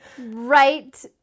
right